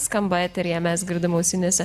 skamba eteryje mes girdim ausinėse